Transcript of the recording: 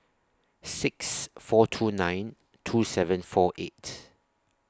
six four two nine two seven four eight